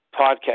Podcast